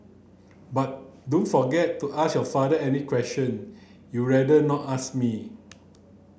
but don't forget to ask your father any question you rather not ask me